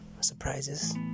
surprises